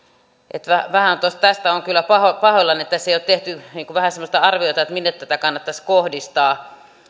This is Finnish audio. että vähän tästä olen kyllä pahoillani että tässä ei ole tehty vähän semmoista arviota minne tätä kannattaisi kohdistaa